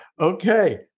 Okay